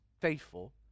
faithful